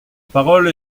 parole